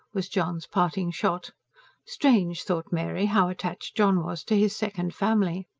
was john's parting shot strange, thought mary, how attached john was to his second family.